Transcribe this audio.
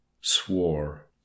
swore